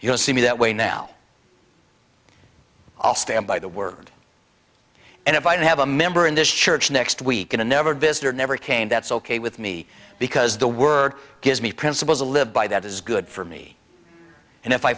you'll see me that way now i'll stand by the word and if i don't have a member in this church next week and never visit or never came that's ok with me because the word gives me principles a live by that is good for me and if i